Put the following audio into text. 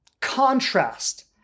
contrast